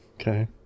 Okay